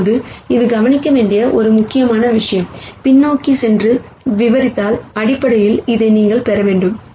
இப்போது இது கவனிக்க வேண்டிய ஒரு முக்கியமான விஷயம் பின்னோக்கி சென்று விவரித்தால் அடிப்படையில் இதை நீங்கள் பெற வேண்டும்